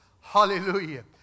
Hallelujah